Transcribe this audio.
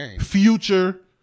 Future